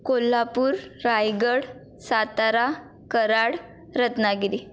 Kolhapur Raigad Satara Karad Ratnagiri